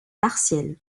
partielle